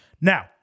Now